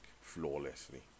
flawlessly